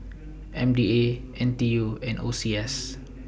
M D A N T U and O C S